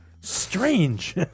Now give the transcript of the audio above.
Strange